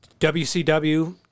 WCW